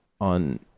on